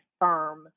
firm